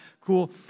Cool